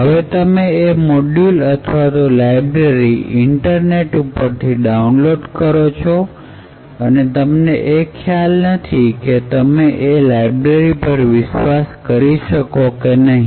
હવે તમે એ મોડ્યૂલ અથવા તો લાઇબ્રેરી ઈન્ટરનેટ ઉપરથી ડાઉનલોડ કરો છો અને તમને એ ખ્યાલ નથી કે તમે એ લાઇબ્રેરી પર વિશ્વાસ કરી શકો કે નહીં